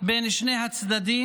בין שני הצדדים.